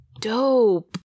dope